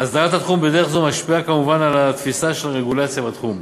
אסדרת התחום בדרך זו משפיעה כמובן על התפיסה של הרגולציה בתחום.